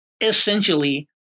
Essentially